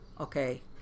okay